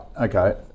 Okay